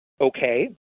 okay